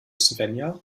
svenja